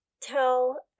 tell